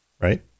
right